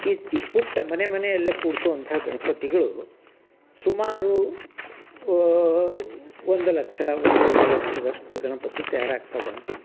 ಈಚೆ ಪುಟ್ಟ ಮನೆ ಮನೆಯಲ್ಲೇ ಕೂರಿಸುವಂಥ ಗಣಪತಿಗಳು ಸುಮಾರು ಒಂದು ಲಕ್ಷ ಒಂದೂವರೆ ಲಕ್ಷದಷ್ಟು ಗಣಪತಿ ತಯಾರಾಗ್ತವೆ ಅಂತಿತ್ತು